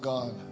God